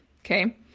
okay